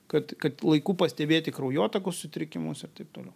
kad kad laiku pastebėti kraujotakos sutrikimus ir taip toliau